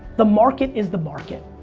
the market is the market.